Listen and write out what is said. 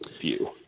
view